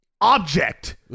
object